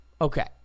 okay